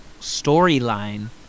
storyline